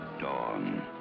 Dawn